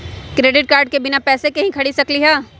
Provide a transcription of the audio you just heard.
Credit card से बिना पैसे के ही खरीद सकली ह?